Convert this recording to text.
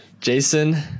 Jason